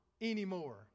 anymore